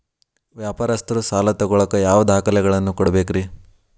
ವ್ಯಾಪಾರಸ್ಥರು ಸಾಲ ತಗೋಳಾಕ್ ಯಾವ ದಾಖಲೆಗಳನ್ನ ಕೊಡಬೇಕ್ರಿ?